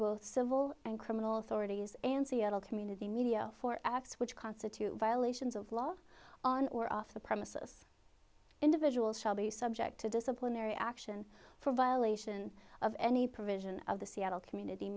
both civil and criminal authorities and seattle community media for acts which constitute violations of law on or off the premises individuals shall be subject to disciplinary action for violation of any provision of the seattle community